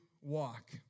walk